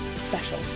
special